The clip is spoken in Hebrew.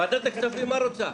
ועדת הכספים, מה רוצה?